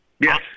Yes